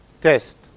test